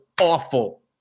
awful